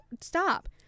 stop